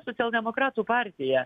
socialdemokratų partija